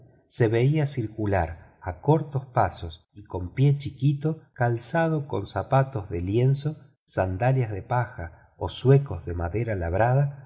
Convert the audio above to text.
se veía circular a cortos pasos y con pie hiquito calzado con zapatos de lienzo sandalias de paja o zuecos de madera labrada